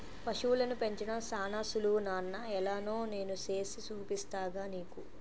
పశువులను పెంచడం సానా సులువు నాన్న ఎలానో నేను సేసి చూపిస్తాగా నీకు